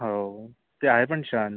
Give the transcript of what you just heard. हो ते आहे पण छान